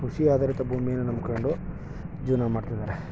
ಕೃಷಿ ಆಧಾರಿತ ಭೂಮಿಯನ್ನು ನಂಬಿಕೊಂಡು ಜೀವನ ಮಾಡ್ತಿದ್ದಾರೆ